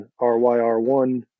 RYR1